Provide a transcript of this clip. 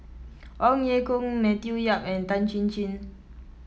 Ong Ye Kung Matthew Yap and Tan Chin Chin